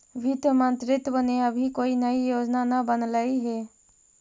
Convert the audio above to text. वित्त मंत्रित्व ने अभी कोई नई योजना न बनलई हे